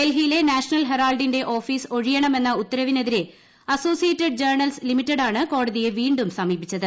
ഡൽഹിയിലെ നാഷണൽ ഹെറാൾഡിന്റെ ഓഫീസ് ഒഴിയണമെന്ന ഉത്തരവിനെതിരെ അസോസിയേറ്റഡ് ജേണൽസ് ലിമിറ്റഡാണ് കോടതിയെ വീണ്ടും സമീപിച്ചത്